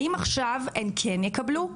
האם עכשיו הן כן יקבלו?